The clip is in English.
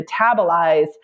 metabolize